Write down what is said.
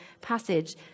passage